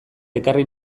ekarri